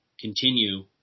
continue